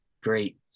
great